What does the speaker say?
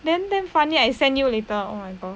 then damn funny I send you later oh my god